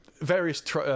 various